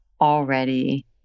already